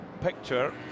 picture